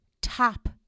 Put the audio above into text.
top